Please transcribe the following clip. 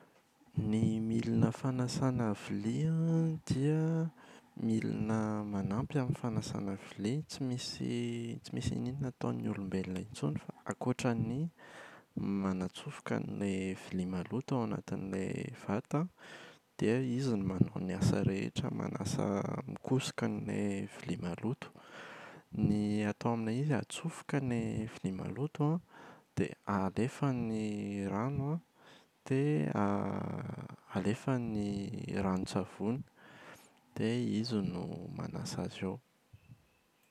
Ny milina fanasana vilia an dia milina manasa amin’ny fanasana vilia, tsy misy tsy misy ininona ataon’ny olombelona intsony fa- ankoatra ny m-manatsofoka an’ilay vilia maloto anatin’ilay vata an dia izy no manao ny asa rehetra, manasa mikosoka ny vilia maloto. Ny atao amin’ilay izy: atsofoka ny vilia maloto an dia alefa ny rano an, dia alefa ny ranon-tsavony, dia izy no manasa azy eo.